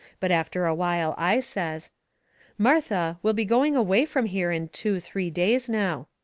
but after a while i says martha, we'll be going away from here in two, three days now.